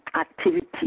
activity